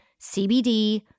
CBD